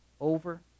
over